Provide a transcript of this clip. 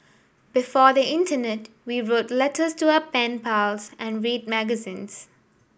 before the internet we wrote letters to our pen pals and read magazines